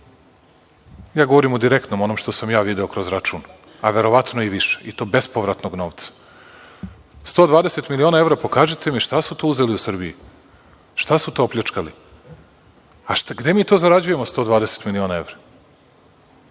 Ja govorim o direktnom, ono što sam ja video kroz račun, a verovatno i više i to bespovratnog novca. Sto dvadeset miliona evra pokažite mi šta su to uzeli u Srbiji, šta su to opljačkali? A, gde mi to zarađujemo 120 miliona evra?